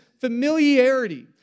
familiarity